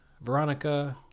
Veronica